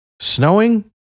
snowing